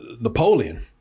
Napoleon